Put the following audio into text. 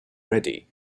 ready